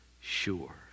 sure